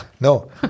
No